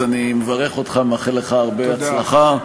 אז אני מברך אותך ומאחל לך הרבה הצלחה.